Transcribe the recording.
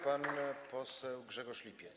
Pan poseł Grzegorz Lipiec.